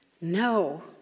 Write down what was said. No